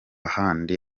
handi